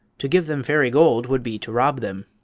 to give them fairy gold would be to rob them.